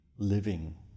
living